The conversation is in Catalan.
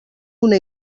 una